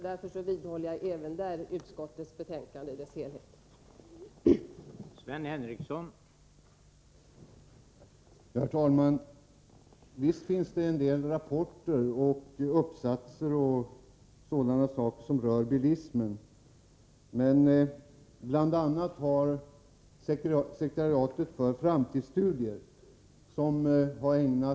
Därför vidhåller jag även på den punkten mitt yrkande om bifall till utskottets hemställan.